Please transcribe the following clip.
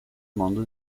mondo